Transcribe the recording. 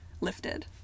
lifted